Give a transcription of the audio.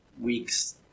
weeks